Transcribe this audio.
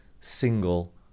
single